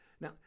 Now